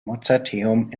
mozarteum